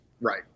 Right